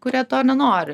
kurie to nenori